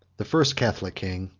the first catholic king,